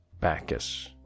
Bacchus